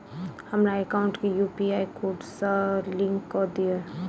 हमरा एकाउंट केँ UPI code सअ लिंक कऽ दिऽ?